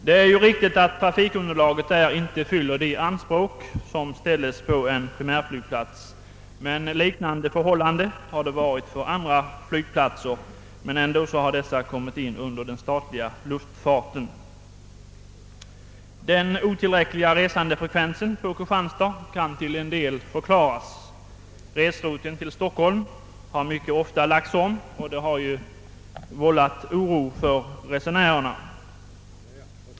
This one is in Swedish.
Det är riktigt att trafikunderlaget i Kristianstad inte fyller de anspråk som ställes på en primärflygplats, men lik nande förhållanden har rått när det gällt andra flygplatser, som ändå har förts in under den statliga luftfarten. Den otillräckliga resandefrekvensen på Kristianstadsfältet kan till en del förklaras. Resrutten till Stockholm har mycket ofta lagts om, och detta har vållat oro bland resenärerna.